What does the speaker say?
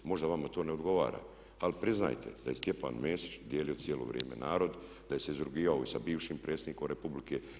Možda vama to ne odgovara, ali priznajte da je Stjepan Mesić dijelio cijelo vrijeme narod, da se izrugivao i sa bivšim predsjednikom Republike.